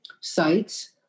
sites